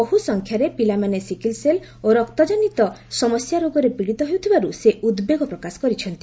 ବହୁସଂଖ୍ୟାରେ ପିଲାମାନେ sickle cell ଓ ରକ୍ତଜନୀତ ସମସ୍ୟା ରୋଗରେ ପୀଡିତ ହେଉଥିବାରୁ ସେ ଉଦ୍ବେଗ ପ୍ରକାଶ କରିଛନ୍ତି